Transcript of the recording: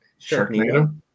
Sharknado